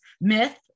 myth